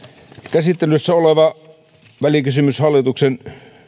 käsittelyssä oleva välikysymys hallituksen